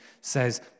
says